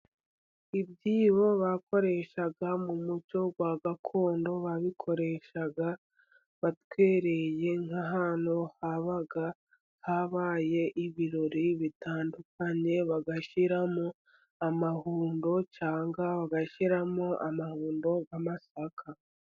Ibyibo bakoreshaga mu muco wa gakondo babikoreshaga batwereye nk’ahantu habaga habaye ibirori bitandukanye, bagashyiramo amahundo cyangwa bagashyiramo amahundo y’amasaka.